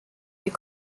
les